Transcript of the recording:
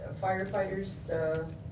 firefighters